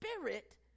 Spirit